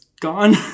gone